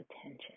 attention